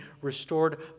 restored